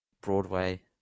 Broadway